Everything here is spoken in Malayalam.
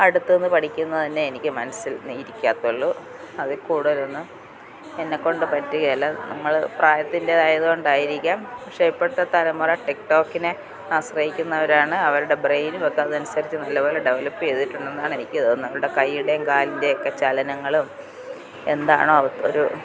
അടുത്തുനിന്നു പഠിക്കുന്നതുതന്നെയേ എനിക്കു മനസ്സിലിരിക്കത്തുള്ളൂ അതില്ക്കൂടുതലൊന്നും എന്നെക്കൊണ്ടു പറ്റുകയില്ല നമ്മല് പ്രായത്തിൻ്റെതായതു കൊണ്ടായിരിക്കാം പക്ഷെ ഇപ്പോഴത്തെ തലമുറ ടിക്ടോക്കിനെ ആശ്രയിക്കുന്നവരാണ് അവരുടെ ബ്രെയിനും ഒക്കെ അതനുസരിച്ച് നല്ലപോലെ ഡെവലപ്പ് ചെയ്തിട്ടുണ്ടെന്നാണ് എനിക്കു തോന്നുന്നത് അവരുടെ കയ്യുടെയും കാലിൻ്റെ ഒക്കെ ചലനങ്ങളും എന്താണോ ഒരു